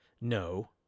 No